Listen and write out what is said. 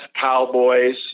cowboys